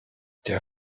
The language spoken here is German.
der